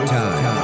time